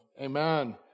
Amen